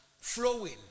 flowing